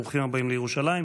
ברוכים הבאים לירושלים.